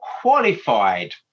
qualified